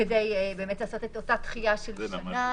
כדי לעשות את אותה דחייה של שנה,